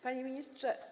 Panie Ministrze!